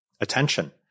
attention